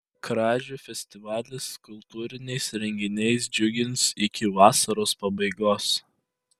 kražių festivalis kultūriniais renginiais džiugins iki vasaros pabaigos